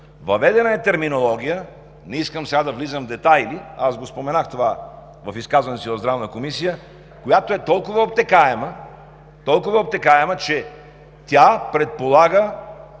Въведена е терминология – не искам сега да навлизам в детайли, аз споменах това в изказването си в Здравната комисия, която е толкова обтекаема – толкова